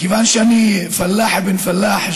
מכיוון שאני פלאח בן פלאח,